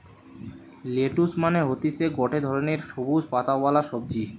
lettuce মানে হতিছে গটে ধরণের সবুজ পাতাওয়ালা সবজি